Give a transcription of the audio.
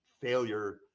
failure